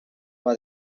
for